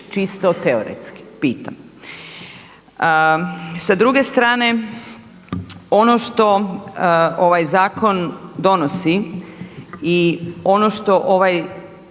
čisto teoretski pitam? Sa druge strane ono što ovaj zakon donosi i ono što ovaj